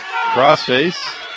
Crossface